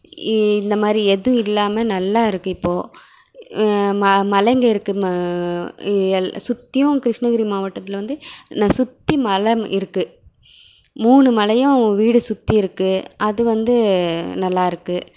இந்த மாதிரி எதுவும் இல்லாமல் நல்லாயிருக்கு இப்போது மலைங்க இருக்குது சுற்றியும் கிருஷ்ணகிரி மாவட்டத்தில் வந்து சுற்றி மலை இருக்குது மூணு மலையும் வீடு சுற்றிருக்கு அது வந்து நல்லாயிருக்கு